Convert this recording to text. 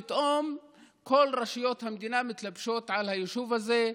פתאום כל רשויות המדינה מתלבשות על היישוב הזה: